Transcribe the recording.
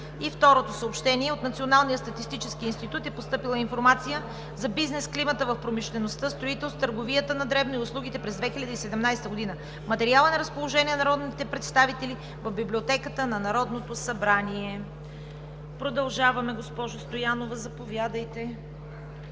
Народното събрание. От Националния статистически институт е постъпила информация за бизнес климата в промишлеността, строителството, търговията на дребно и услугите през 2017 г. Материалът е на разположение на народните представители в Библиотеката на Народното събрание. Продължаваме с: ВТОРО ГЛАСУВАНЕ